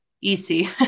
easy